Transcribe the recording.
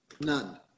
none